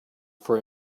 for